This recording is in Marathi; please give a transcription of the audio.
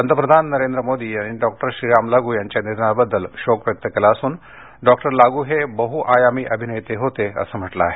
पंतप्रधान नरेंद्र मोदी यांनी डॉक्टर श्रीराम लागू यांच्या निधनाबद्दल शोक व्यक्त केला असून डॉक्टर लागू हे बहुआयामी अभिनेते होते असं म्हटलं आहे